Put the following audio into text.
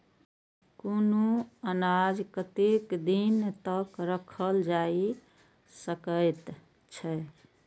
कुनू अनाज कतेक दिन तक रखल जाई सकऐत छै?